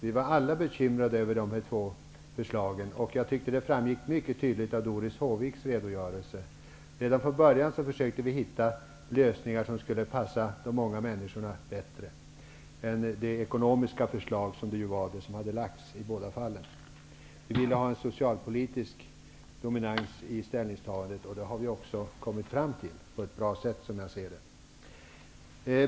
Vi var alla bekymrade över dessa två förslag, det tyckte jag framgick mycket tydligt av Doris Håviks redogörelse. Redan från början sökte vi finna lösningar som bättre skulle passa de många människorna. I båda fallen var det ekonomiska förslag som lades fram. Vi ville ha en socialpolitisk dominans i ställningstagandet, och det har vi också kommit fram till på ett bra sätt, som jag ser det.